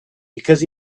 because